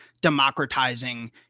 democratizing